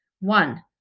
One